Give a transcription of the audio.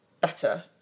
better